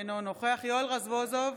אינו נוכח יואל רזבוזוב,